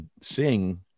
sing